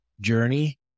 journey